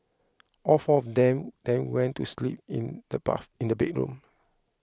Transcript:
all four of them then went to sleep in the bath in the bedroom